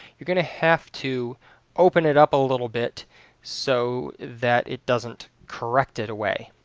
you're gonna have to open it up a little bit so that it doesn't correct it away.